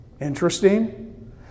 Interesting